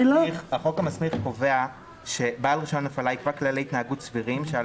החוק המסמיך קובע שבעל רישיון הפעלה יקבע כללי התנהגות סבירים על